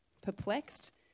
Perplexed